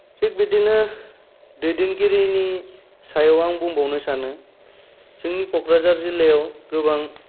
थिग बिदिनो दैदेनगिरिनि सायाव आं बुंबावनो सानो जोंनि क'क्राझार जिल्लायाव गोबां